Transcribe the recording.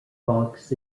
fox